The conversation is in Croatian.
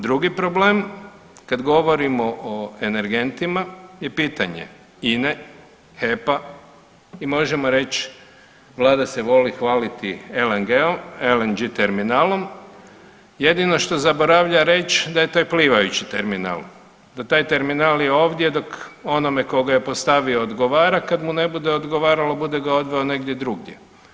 Drugi problem, kad govorimo o energentima i pitanje INA-e, HEP-a i možemo reć Vlada se voli hvaliti LNG terminalnom, jedino što zaboravlja reć da je to plivajući terminal, da taj terminal je ovdje dok onome koga je postavio odgovara, kad mu ne bude odgovaralo bude ga odveo negdje drugdje.